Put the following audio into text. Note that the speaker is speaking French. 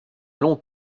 long